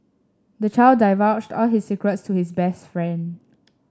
the child divulged all his secrets to his best friend